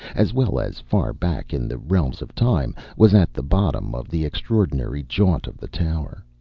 as well as far back in the realms of time, was at the bottom of the extraordinary jaunt of the tower.